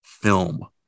film